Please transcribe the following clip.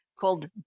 called